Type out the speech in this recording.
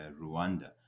Rwanda